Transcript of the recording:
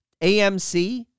AMC